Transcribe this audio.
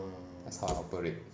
that's how I operate